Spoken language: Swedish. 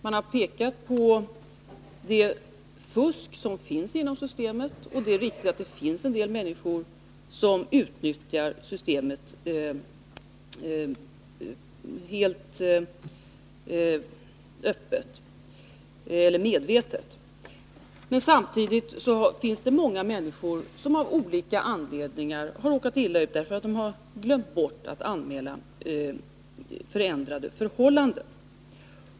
Man har pekat på det fusk som förkommer inom systemet, och det är riktigt att det finns människor som utnyttjar systemet helt medvetet. Men samtidigt finns det många människor som av olika anledningar har råkat illa ut, därför att de har glömt bort att anmäla förändrade förhållanden.